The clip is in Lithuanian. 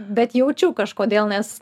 bet jaučiau kažkodėl nes